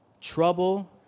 trouble